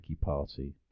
party